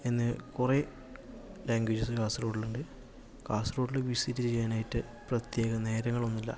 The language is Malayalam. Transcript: എന്നി കുറെ ലാങേജസ് കാസർഗോഡ് ഉണ്ട് കാസർഗൊഡില് വിസിറ്റ് ചെയ്യാനായിട്ട് പ്രത്യേക നേരങ്ങളൊന്നും ഇല്ല